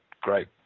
great